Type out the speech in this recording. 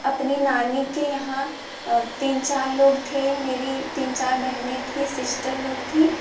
अपनी नानी के यहाँ तीन चार लोग थे मेरी तीन चार बहने थीं शिष्टर लोग थीं